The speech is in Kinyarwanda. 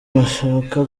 bashaka